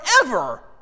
forever